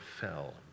fell